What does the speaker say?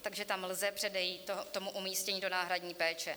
Takže tam lze předejít tomu umístnění do náhradní péče.